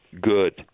good